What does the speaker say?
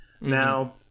now